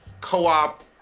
co-op